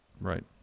Right